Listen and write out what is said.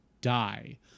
die